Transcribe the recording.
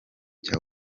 cya